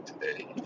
today